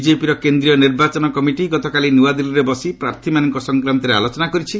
ବିଜେପିର କେନ୍ଦ୍ରୀୟ ନିର୍ବାଚନ କମିଟି ଗତକାଲି ନୂଆଦିଲ୍ଲୀରେ ବସି ପ୍ରାର୍ଥୀମାନଙ୍କ ସଂକ୍ରାନ୍ତରେ ଆଲୋଚନା କରିଛି